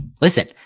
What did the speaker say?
Listen